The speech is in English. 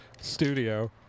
studio